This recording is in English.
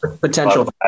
Potential